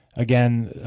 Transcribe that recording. again,